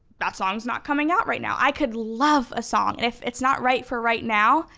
that song's not coming out right now. i could love a song and if it's not right for right now,